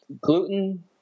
Gluten